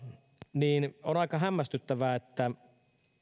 niin on aika hämmästyttävää että